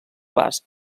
basc